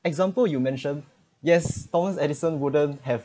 example you mention yes thomas edison wouldn't have